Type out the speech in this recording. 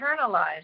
internalized